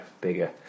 bigger